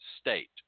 state